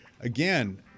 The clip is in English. again